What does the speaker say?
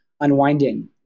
unwinding